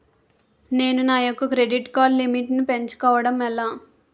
నేను నా యెక్క క్రెడిట్ కార్డ్ లిమిట్ నీ పెంచుకోవడం ఎలా?